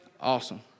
Awesome